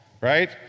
right